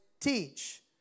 teach